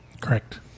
Correct